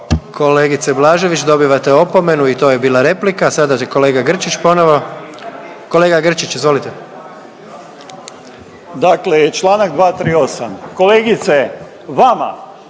Kolegice Blažević, dobivate opomenu i to je bila replika, a sada će kolega Grčić ponovo. Kolega Grčić izvolite. **Grčić, Branko (SDP)** Dakle